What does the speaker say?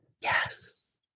yes